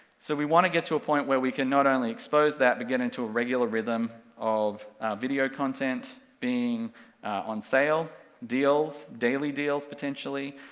so we want to get to a point where we can not only expose that but get into a regular rhythm of video content being on sale, deals, daily deals potentially,